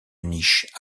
niches